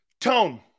Tone